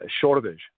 shortage